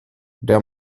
nur